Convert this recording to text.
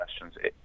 questions